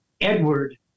Edward